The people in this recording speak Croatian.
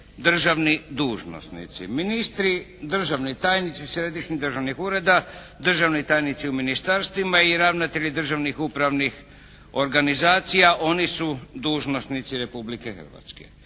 državni dužnosnici? Ministri, državni tajnici središnjih državnih ureda, državni tajnici u ministarstvima i ravnatelji državnih upravnih organizacija. Oni su dužnosnici Republike Hrvatske.